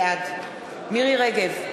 בעד מירי רגב,